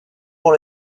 pour